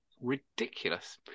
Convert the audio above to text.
ridiculous